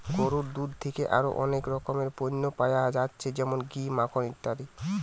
গরুর দুধ থিকে আরো অনেক রকমের পণ্য পায়া যাচ্ছে যেমন ঘি, মাখন ইত্যাদি